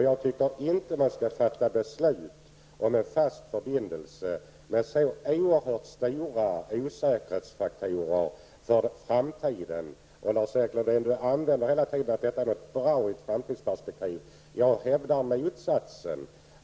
Jag tycker inte att man skall fatta beslut om en fast förbindelse med så oerhört stora osäkerhetsfaktorer för framtiden. Lars-Erik Lövdén hävdar hela tiden att detta är bra i ett framtidsperspektiv. Jag hävdar motsatsen.